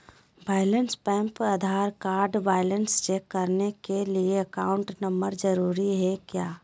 Balance pump Aadhaar card balance check करने के लिए अकाउंट नंबर जरूरी है क्या?